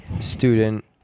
student